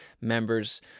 members